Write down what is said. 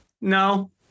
no